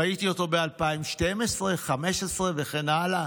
ראיתי אותו ב-2012, 2015 וכן הלאה.